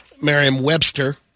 Merriam-Webster